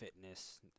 fitness